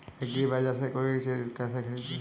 एग्रीबाजार से कोई चीज केसे खरीदें?